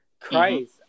Christ